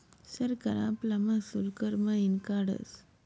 सरकार आपला महसूल कर मयीन काढस